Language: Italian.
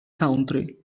country